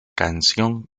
canción